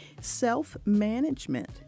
Self-management